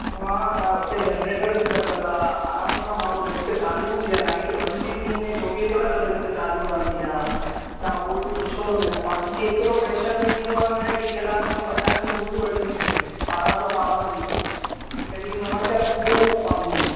हा हा हुते जनरेटर बि लॻलु आहे आराम सां माण्हू लिफ़्ट चालू हूंदी आहे लाइट बंदि बि थी वञे चोवीह कलाक लिफ़्ट चालू रहिंदी आहे तां उहो बि पुछो हुन खे पाणी एतिरो प्रेशर में ईंदो आहे न कि कलाक में ॿ टंकियूं पूरियूं भरजंदियूं आहिनि ॿारहां सौ ॿारहां सौ लीटर कॾहिं समस्या थींदव ई न पाणीअ जी